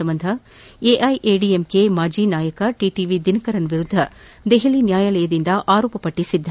ಸಂಬಂಧ ಎಐಎಡಿಎಂಕೆ ಮಾಜಿ ನಾಯಕ ಟಿಟಿವಿ ದಿನಕರನ್ ವಿರುದ್ದ ದೆಹಲಿ ನ್ಯಾಯಾಲಯದಿಂದ ಆರೋಪಪಟ್ಟಿ ಸಿದ್ದ